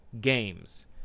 games